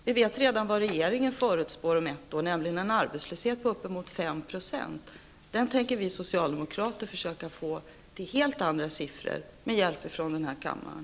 Vi vet redan vad regeringen förutspår om ett år, nämligen en arbetslöshet på uppemot 5 %. Vi socialdemokrater tänker försöka få den till helt andra siffror med hjälp från den här kammaren.